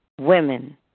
women